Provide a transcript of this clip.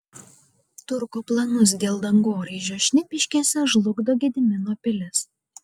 turko planus dėl dangoraižio šnipiškėse žlugdo gedimino pilis